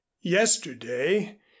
Yesterday